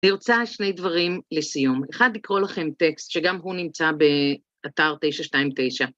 אני רוצה שני דברים לסיום. אחד, לקרוא לכם טקסט שגם הוא נמצא באתר 929.